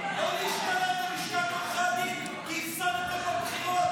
לא להשתלט על לשכת עורכי הדין כי הפסדתם בבחירות,